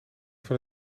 van